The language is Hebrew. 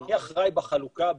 אני אחראי בחלוקה,